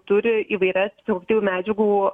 turi įvairias psichoaktyvių medžiagų